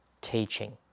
teaching